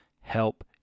help